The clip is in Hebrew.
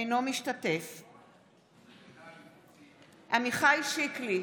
אינו משתתף בהצבעה עמיחי שיקלי,